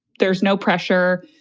there's no pressure.